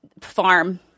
farm –